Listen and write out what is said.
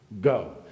Go